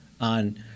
on